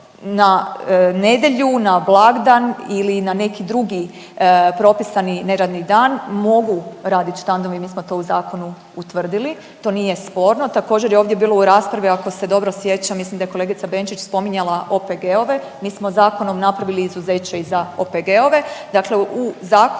na nedjelju, na blagdan ili na neki drugi propisani neradni dan mogu raditi štandovi, mi smo to u zakonu utvrdili, to nije sporno, također, je ovdje bilo u raspravi, ako se dobro sjećam, mislim da je kolegica Benčić spominjala OPG-ove, mi smo zakonom napravili izuzeće i za OPG-ove. Dakle u zakonu